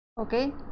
okay